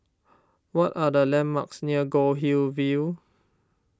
what are the landmarks near Goldhill View